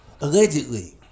allegedly